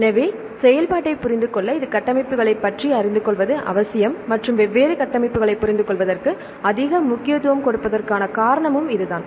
எனவே செயல்பாட்டைப் புரிந்து கொள்ள இது கட்டமைப்புகளைப் பற்றி அறிந்து கொள்வது அவசியம் மற்றும் வெவ்வேறு கட்டமைப்புகளைப் புரிந்துகொள்வதற்கு அதிக முக்கியத்துவம் கொடுக்கப்படுவதற்கான காரணம் இதுதான்